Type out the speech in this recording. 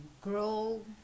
grow